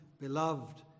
Beloved